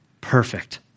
perfect